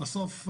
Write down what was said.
בסוף,